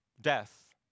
death